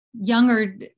Younger